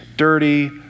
dirty